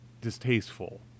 distasteful